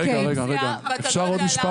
רגע, רגע, אפשר עוד משפט?